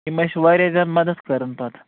یِم اَسہِ وارِیاہ زیادٕ مَدد کَرن پتہٕ